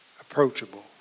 approachable